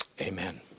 Amen